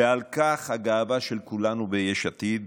ועל כך הגאווה של כולנו ביש עתיד,